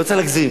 לא צריך להגזים.